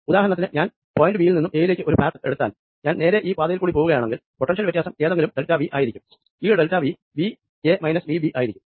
ഉദാഹരണത്തിന് ഞാൻ പോയിന്റ് ബിയിൽ നിന്നും എ യിലേക്ക് ഒരു പാത്ത് എടുത്താൽ ഞാൻ നേരെ ഈ പാതയിൽക്കൂടി പോകുകയാണെങ്കിൽ പൊട്ടൻഷ്യൽ വ്യത്യാസം ഏതെങ്കിലും ഡെൽറ്റ വി ആയിരിക്കുംഈ delta V V A minus V B ആയിരിക്കും